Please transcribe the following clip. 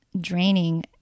draining